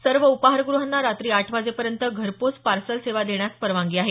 सर्व उपाहारग्रहांना रात्री आठ वाजेपर्यंत घरपोच पार्सल सेवा देण्यास परवानगी आहे